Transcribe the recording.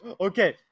Okay